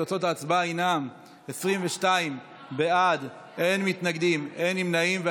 תוצאות ההצבעה הן 20 בעד, אין מנגדים ואין נמנעים.